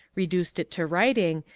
reduced it to writing,